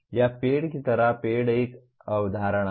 या पेड़ की तरह पेड़ एक अवधारणा है